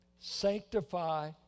sanctify